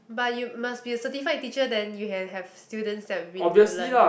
but you must be a certified teacher then you can have students that willing to learn